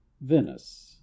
Venice